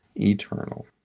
eternal